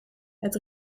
het